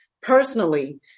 personally